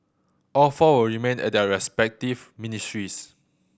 all four will remain at their respective ministries